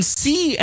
see